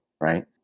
right